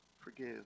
forgive